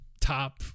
top